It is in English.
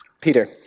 Peter